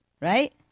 right